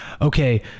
okay